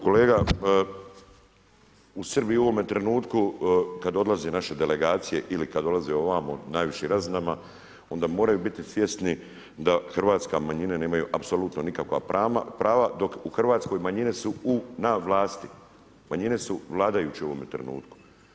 Kolega u Srbiji u ovome trenutku kada odlaze naše delegacije ili kada dolaze ovamo na najvišim razinama onda moraju biti svjesni da hrvatska manjina nemaju apsolutno nikakva prava dok manjine u Hrvatskoj su na vlasti, manjine su vladajuće u ovome trenutku.